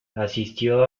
asistió